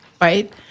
right